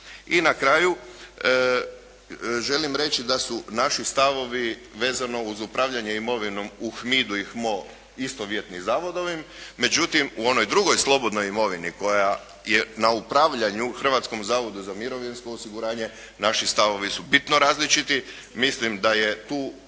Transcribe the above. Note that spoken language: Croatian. I na kraju želim reći da su naši stavovi vezano uz upravljanje imovinom u HMID-u i HMO istovjetni zavodovim međutim u onoj drugoj slobodnoj imovini koja je na upravljanju Hrvatskom zavodu za mirovinsko osiguranje naši stavovi su bitno različiti. Mislim da je tu